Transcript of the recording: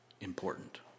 important